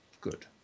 Good